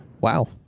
wow